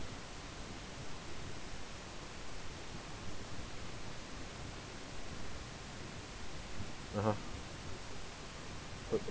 (uh huh)